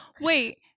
Wait